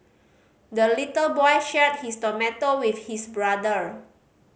the little boy shared his tomato with his brother